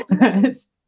Yes